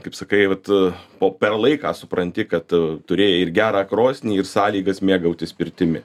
kaip sakai vat po per laiką supranti kad turėjai ir gerą krosnį ir sąlygas mėgautis pirtimi